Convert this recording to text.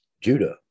Judah